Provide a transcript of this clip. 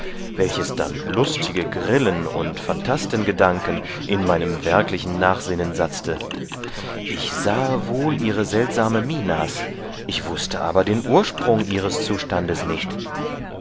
welches dann lustige grillen und phantastengedanken in meinem werklichen nachsinnen satzte ich sahe wohl ihre seltsame minas ich wußte aber den ursprung ihres zustandes nicht